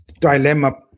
dilemma